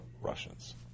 Russians